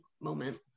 moment